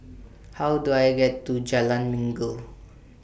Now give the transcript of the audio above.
How Do I get to Jalan Minggu